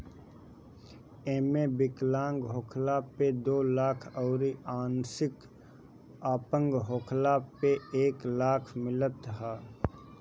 एमे विकलांग होखला पे दो लाख अउरी आंशिक अपंग होखला पे एक लाख मिलत ह